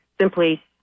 simply